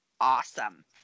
awesome